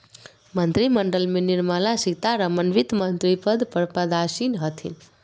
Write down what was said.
मंत्रिमंडल में निर्मला सीतारमण वित्तमंत्री पद पर पदासीन हथिन